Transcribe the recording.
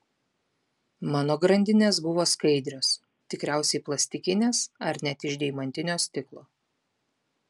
mano grandinės buvo skaidrios tikriausiai plastikinės ar net iš deimantinio stiklo